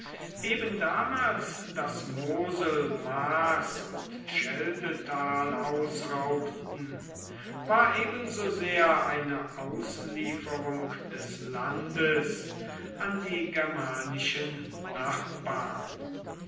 eben damals das mosel maas und scheldetal ausraubten war ebensosehr eine auslieferung des landes an die germanischen nachbarn